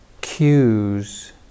cues